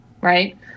Right